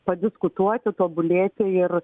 padiskutuoti tobulėti ir